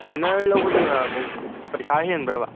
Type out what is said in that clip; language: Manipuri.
ꯇ꯭ꯔꯦꯟꯅꯔ ꯂꯧꯕꯁꯤꯅ ꯑꯃꯨꯛ ꯄꯩꯁꯥ ꯍꯦꯟꯕ꯭ꯔꯥꯕ